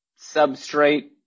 substrate